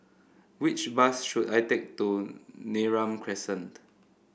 which bus should I take to Neram Crescent